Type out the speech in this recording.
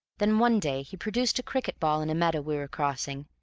then one day he produced a cricket-ball in a meadow we were crossing,